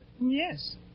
Yes